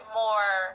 more